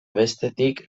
bestetik